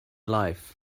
life